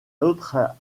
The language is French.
autre